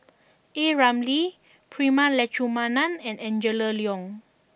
A Ramli Prema Letchumanan and Angela Liong